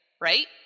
right